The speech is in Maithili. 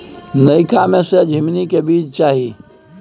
नयका में से झीमनी के बीज चाही?